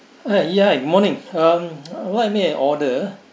uh ya hi morning um I want to make an order